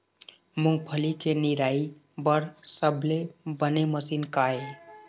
मूंगफली के निराई बर सबले बने मशीन का ये?